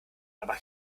aber